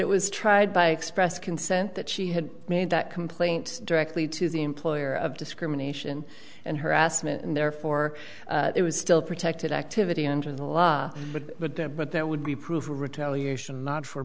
it was tried by express consent that she had made that complaint directly to the employer of discrimination and harassment and therefore it was still protected activity under the law but there but that would be prove retaliation not for